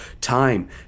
time